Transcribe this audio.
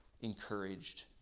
encouraged